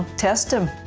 test him.